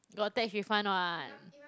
got tax refund [what]